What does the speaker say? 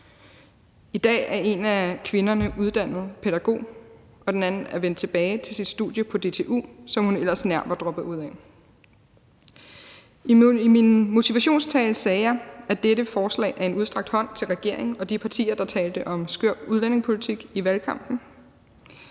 I dag er den ene af kvinderne uddannet pædagog, og den anden er vendt tilbage til sit studie på DTU, som hun ellers nær var droppet ud af. I min begrundelse sagde jeg, at dette forslag er en udstrakt hånd til regeringen og de partier, der talte om skør udlændingepolitik i valgkampen.